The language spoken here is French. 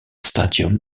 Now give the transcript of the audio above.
stadium